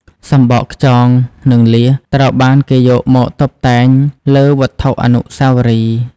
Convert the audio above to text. សំបកខ្យង និងលៀស ត្រូវបានគេយកមកតុបតែងលើវត្ថុអនុស្សាវរីយ៍។